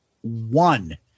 one